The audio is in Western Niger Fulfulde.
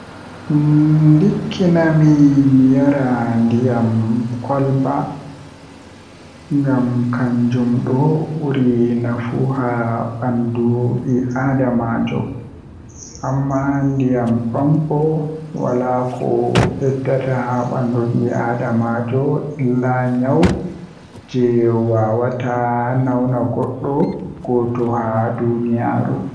Ndikkina mi mi yara ndiyam kwalba, ngam kanjum do buri nafu haa bandu bii aaddamaajo, amma ndiyam pampo wala ko beddata haa bandu bii adamaajo illa nyaw jei wawata nawna goddo gooto ha duniyaaru.